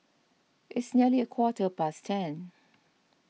its nearly a quarter past ten